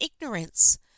ignorance